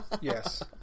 Yes